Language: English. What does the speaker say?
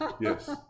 Yes